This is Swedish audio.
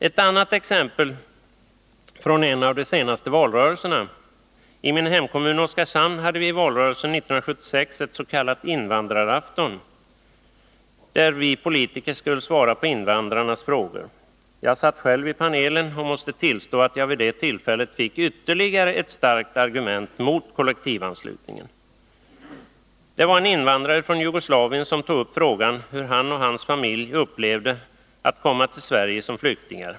Ett annat exempel från en av de senaste valrörelserna: I min hemkommun Oskarshamn hade vi i valrörelsen 1976 en s.k. invandrarafton, där vi politiker skulle svara på invandrarnas frågor. Jag satt själv i panelen och måste tillstå att jag vid det tillfället fick ytterligare ett starkt argument mot Nr 27 kollektivanslutningen. Onsdagen den Det var en invandrare från Jugoslavien som berättade om hur han och hans 19 november 1980 familj upplevde att komma till Sverige som flyktingar.